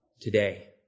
today